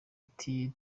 ati